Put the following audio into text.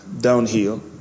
downhill